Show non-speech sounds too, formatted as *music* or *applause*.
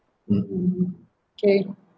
*noise* okay